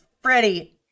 Freddie